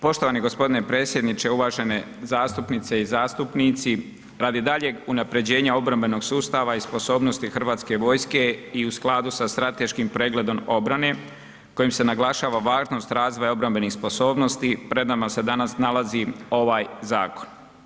Poštovani g. predsjedniče, uvažene zastupnice i zastupnici, radi daljeg unapređenja obrambenog sustava i sposobnosti Hrvatske vojske i u skladu sa strateškim pregledom obrane kojim se naglašava važnost razvoja obrambenih sposobnosti, pred nama se danas nalazi ovaj zakon.